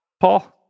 Paul